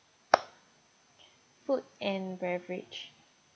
food and beverage